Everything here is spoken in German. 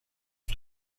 auf